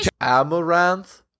Amaranth